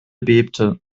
bebte